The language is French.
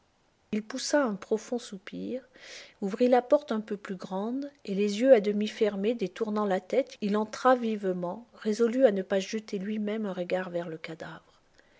il poussa un profond soupir ouvrit la porte un peu plus grande et les yeux à demi fermés détournant la tête il entra vivement résolu à ne pas jeter même un regard vers le cadavre